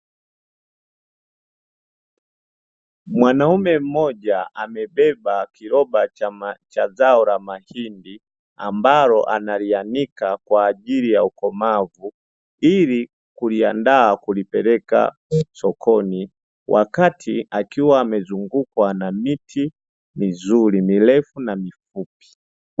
Mwanaume mmoja amebeba kiroba cha zao la mahindi, ambalo analianika kwa ajili ya ukomavu ili kuliandaa kulipeleka sokoni wakati akiwa amezungukwa na miti mizuri mirefu na mifupi.